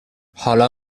حالا